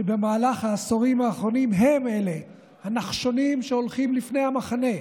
שבמהלך העשורים האחרונים הם הנחשונים שהולכים לפני המחנה,